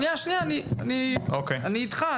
אני איתך.